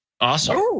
Awesome